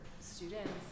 students